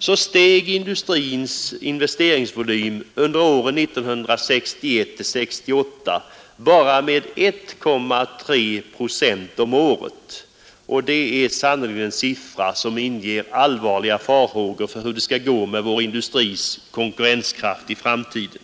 steg industrins investeringsvolym under åren 1961—1968 bara med 1,3 procent om året, och det är sannerligen en siffra som inger allvarliga farhågor för hur det skall gå med vår industris konkurrenskraft i framtiden.